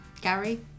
Gary